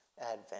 advent